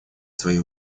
свои